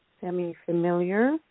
semi-familiar